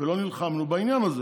ולא נלחמנו בעניין הזה.